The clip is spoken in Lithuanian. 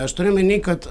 aš turiu omeny kad